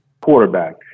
quarterback